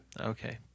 Okay